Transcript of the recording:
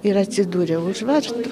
ir atsidūriau už vartų